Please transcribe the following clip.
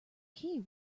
key